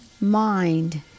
mind